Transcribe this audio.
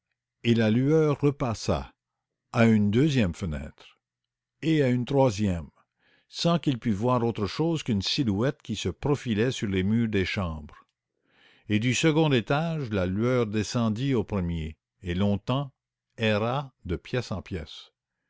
et la lueur repassa à une deuxième fenêtre et à une troisième sans qu'il pût voir autre chose qu'une silhouette qui se profilait sur les murs des chambres et du second étage la lueur descendit au premier et longtemps erra de pièce en pièce